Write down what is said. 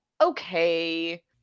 okay